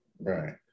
Right